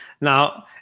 Now